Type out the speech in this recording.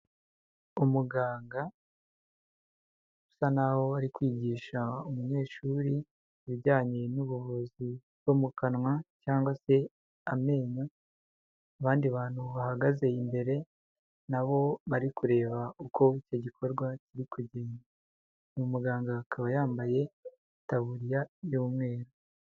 Umuganga usa n'aho ari kwigisha umunyeshuri ibijyanye n'ubuvuzi bwo mu kanwa cyangwa se amenyo, abandi bantu bahagaze imbere na bo bari kureba uko icyo gikorwa kiri kugenda. Uwo muganga akaba yambaye itaburiya y'umweru.